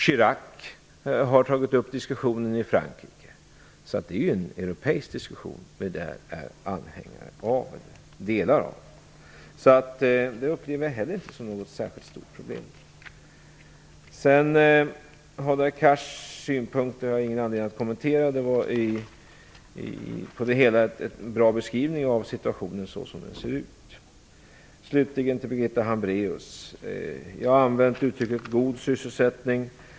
Chirac har tagit upp diskussionen i Frankrike. Detta är en europeisk diskussion. Det här upplever jag därför heller inte som något särskilt stort problem. Hadar Cars synpunkter har jag ingen anledning att kommentera. Han gav på det hela taget en bra beskrivning av hur situationen ser ut. Jag skall slutligen bemöta Birgitta Hambraeus. Jag har använt uttrycket god sysselsättning.